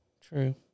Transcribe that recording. True